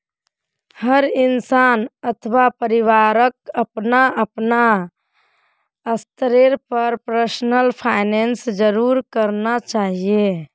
हर इंसान अथवा परिवारक अपनार अपनार स्तरेर पर पर्सनल फाइनैन्स जरूर करना चाहिए